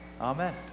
Amen